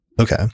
Okay